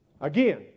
Again